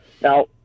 Now